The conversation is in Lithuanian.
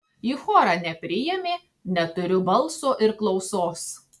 į chorą nepriėmė neturiu balso ir klausos